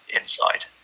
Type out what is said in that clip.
inside